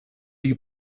you